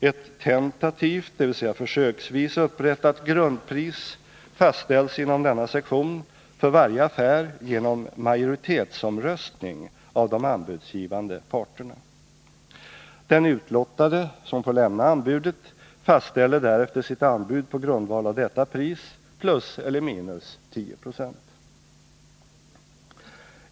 Ett tentativt — dvs. försöksvis upprättat — grundpris fastställs inom denna sektion för varje affär genom majoritetsomröstning av de anbudsgivande parterna. Den utlottade, som får lämna anbudet, fastställer därefter sitt anbud på grundval av detta pris plus eller minus 10 96.